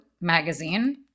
magazine